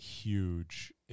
huge